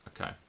Okay